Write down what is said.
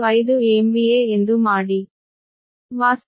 025 MVA ಎಂದು ಮಾಡಿ